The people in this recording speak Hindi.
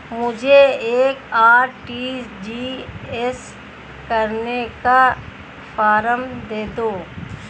मुझे एक आर.टी.जी.एस करने का फारम दे दो?